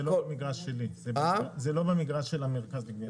זה לא במגרש של המרכז לגביית קנסות.